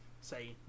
say